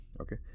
okay